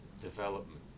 development